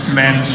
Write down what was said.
men